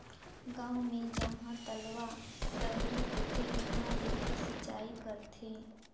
गांव मे जहां तलवा, डबरी होथे उहां ले भी सिचई करथे